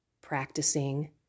practicing